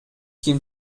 ким